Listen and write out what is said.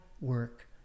work